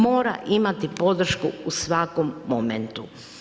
Mora imati podršku u svakom momentu.